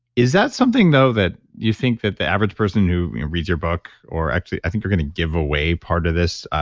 is that something though that you think that the average person who reads your book, or actually. i think you're going to give away part of this.